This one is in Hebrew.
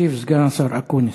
ישיב סגן השר אקוניס,